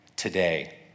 Today